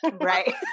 right